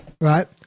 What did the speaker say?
right